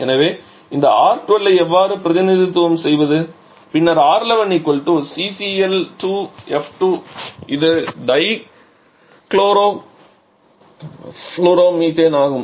எனவே இந்த ஒரு R12 ஐ எவ்வாறு பிரதிநிதித்துவம் செய்வது பின்னர் R11 ≡ CCl2F2 இது டிக்ளோரோடிஃப்ளூரோமீதேன் ஆகும்